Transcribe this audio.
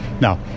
Now